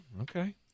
okay